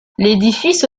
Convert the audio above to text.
l’édifice